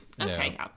Okay